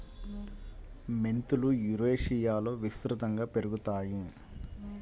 మెంతులు యురేషియాలో విస్తృతంగా పెరుగుతాయి